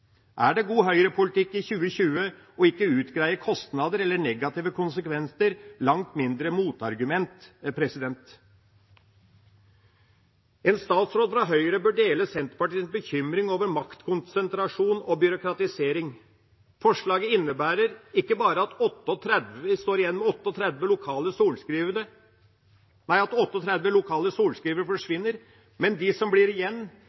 Er det god høyrepolitikk i 2020 å ikke utgreie kostnader eller negative konsekvenser, langt mindre motargumenter? En statsråd fra Høyre bør dele Senterpartiets bekymring over maktkonsentrasjon og byråkratisering. Forslaget innebærer ikke bare at 38 lokale sorenskrivere forsvinner, men at de 22 som blir igjen,